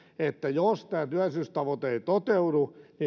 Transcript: jos tämä työllisyystavoite ei toteudu